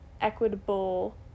equitable